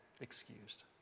excused